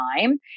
time